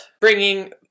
bringing